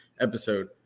episode